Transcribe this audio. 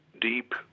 Deep